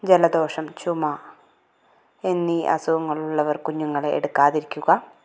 ജലദോഷം ചുമ എന്നീ അസുഖങ്ങള് ഉള്ളവര് കുഞ്ഞുങ്ങളെ എടുക്കാതിരിക്കുക